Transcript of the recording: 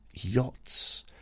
Yachts